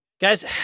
Guys